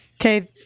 Okay